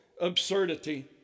absurdity